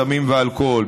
סמים ואלכוהול,